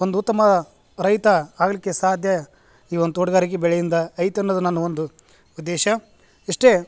ಒಂದು ಉತ್ತಮ ರೈತ ಆಗ್ಲಿಕ್ಕೆ ಸಾಧ್ಯ ಈ ಒಂದು ತೋಟಗಾರಿಕೆ ಬೆಳೆಯಿಂದ ಐತ್ತನ್ನದು ನಾನು ಒಂದು ಉದ್ದೇಶ ಇಷ್ಟೇ